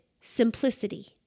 simplicity